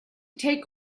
take